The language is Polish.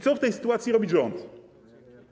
Co w tej sytuacji robi rząd?